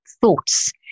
thoughts